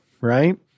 right